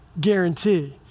guarantee